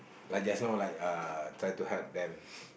like just now like try to help them